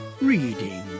reading